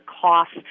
cost